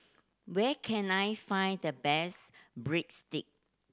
where can I find the best Breadstick